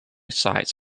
cites